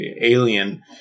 alien